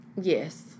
yes